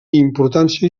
importància